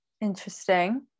Interesting